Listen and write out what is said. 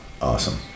Awesome